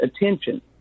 attention